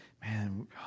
man